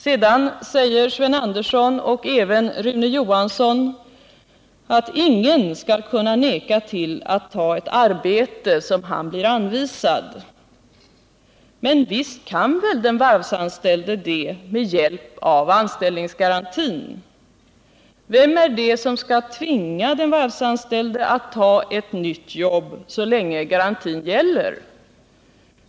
Vidare säger Sven Andersson och även Rune Johansson att ingen som omfattas av anställningsgarantin skall kunna vägra att ta ett arbete som han blir anvisad. Men visst kan väl den varvsanställde göra det med hjälp av anställningsgarantin. Vem är det som skall tvinga den varvsanställde att ta ett nytt jobb så länge garantin gäller?